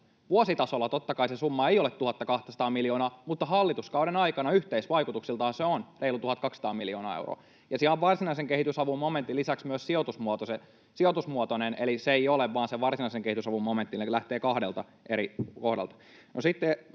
Vuositasolla totta kai se summa ei ole 1 200 miljoonaa, mutta hallituskauden aikana yhteisvaikutuksiltaan se on reilu 1 200 miljoonaa euroa. Ja siinä on varsinaisen kehitysavun momentin lisäksi myös sijoitusmuotoinen, eli se ei ole vain se varsinaisen kehitysavun momentti, ne lähtevät kahdelta eri kohdalta.